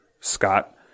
Scott